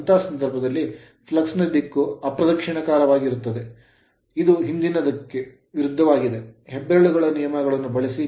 ಅಂತಹ ಸಂದರ್ಭದಲ್ಲಿ flux flux ನ ದಿಕ್ಕು ಅಪ್ರದಕ್ಷಿಣಾಕಾರವಾಗಿರುತ್ತದೆ ಇದು ಹಿಂದಿನದಕ್ಕೆ ವಿರುದ್ಧವಾಗಿದೆ ಹೆಬ್ಬೆರಳು ನಿಯಮವನ್ನು ಬಳಸಿ